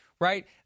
Right